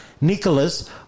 Nicholas